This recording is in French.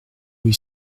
rue